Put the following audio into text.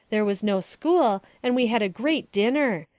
there was no school and we had a great dinner.